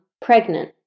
Pregnant